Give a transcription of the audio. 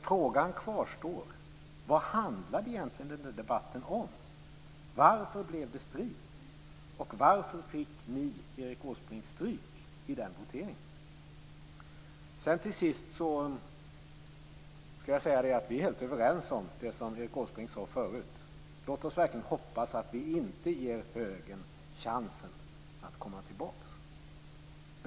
Frågan kvarstår: Vad handlade debatten om? Varför blev det strid? Varför fick ni, Erik Åsbrink, stryk i voteringen? Vi är helt överens om det Erik Åsbrink sade förut. Låt oss verkligen hoppas att vi inte ger högern chansen att komma tillbaks.